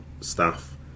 staff